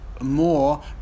more